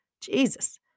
Jesus